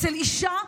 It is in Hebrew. אצל אישה,